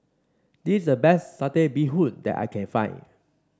this is the best Satay Bee Hoon that I can find